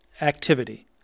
activity